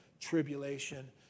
tribulation